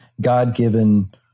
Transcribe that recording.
God-given